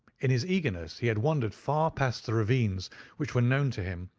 in his eagerness he had wandered far past the ravines which were known to him,